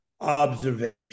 observation